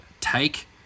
take